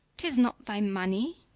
tis not thy money,